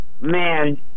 Man